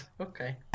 Okay